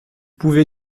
pouvez